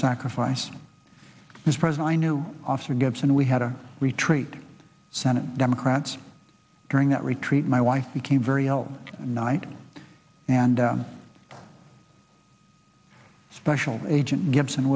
sacrifice was present i knew officer gibson we had a retreat senate democrats during that retreat my wife became very ill and night and special agent gibson